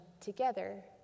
together